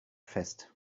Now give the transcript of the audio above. fest